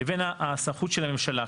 לבין הסמכות של הממשלה.